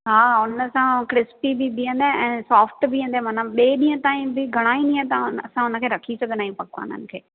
हा हुन सां उहो क्रिस्पी बि बीहंदे ऐं सॉफ्ट बीहंदे माना ॿिएं ॾींहुं ताईं बि घणाईं हीअं तव्हां हुन असां हुनखे रखी सघंदा आहियूं पकवाननि खे